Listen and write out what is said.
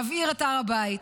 להבעיר את הר הבית.